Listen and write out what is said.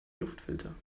luftfilter